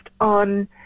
on